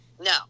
No